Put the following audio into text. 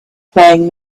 playing